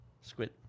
squid